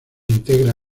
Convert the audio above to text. integra